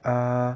uh